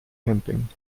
camping